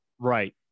Right